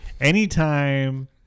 Anytime